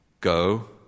go